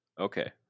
Okay